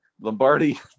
Lombardi